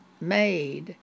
made